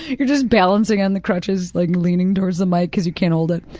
you're just balancing on the crutches, like leaning towards the mic because you can't hold it.